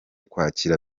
kwakira